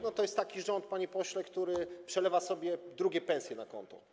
No, to jest taki rząd, panie pośle, który przelewa sobie drugie pensje na konto.